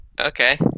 okay